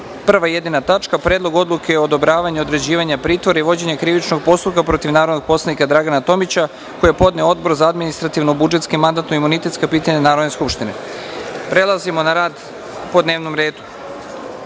e v n i r e d1. Predlog odluke o odobravanju određivanju pritvora i vođenjukrivičnog postupka protiv narodnog poslanika Dragana Tomića, koji je podneo Odborza mandatno-budžetska i mandatno- imunitetska pitanja Narodne skupštine. Prelazimo na rad po dnevnom redu.Za